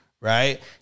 right